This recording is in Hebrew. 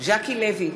ז'קי לוי,